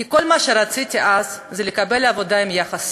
כי כל מה שרציתי אז זה לקבל עבודה עם יחס סביר.